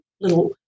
little